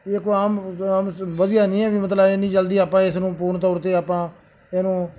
ਇਹ ਕੋਈ ਆਮ ਵਧੀਆ ਨਹੀਂ ਆ ਵੀ ਮਤਲਬ ਇੰਨੀ ਜਲਦੀ ਆਪਾਂ ਇਸ ਨੂੰ ਪੂਰਨ ਤੌਰ 'ਤੇ ਆਪਾਂ ਇਹਨੂੰ